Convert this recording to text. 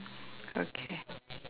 okay